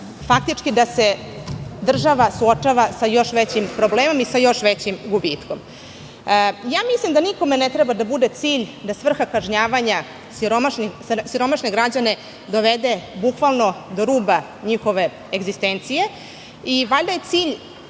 faktički suočava sa još većim problemom i sa još većim gubitkom. Mislim da nikome ne treba da bude cilj da svrha kažnjavanja siromašne građane dovede bukvalno do ruba njihove egzistencije. Valjda je cilj